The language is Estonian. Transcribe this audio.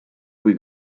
kui